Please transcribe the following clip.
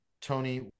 Tony